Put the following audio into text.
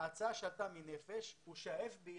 וההצעה שעלתה מ"נפש בנפש" היא שה-FBI